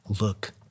Look